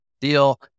deal